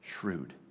shrewd